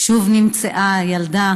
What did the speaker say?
שוב נמצאה ילדה